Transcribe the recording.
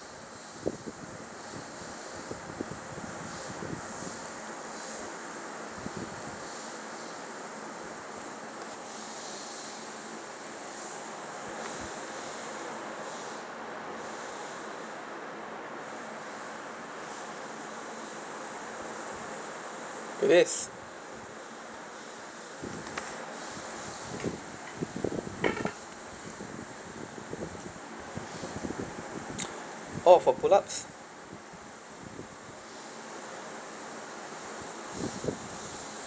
it is oh for pull ups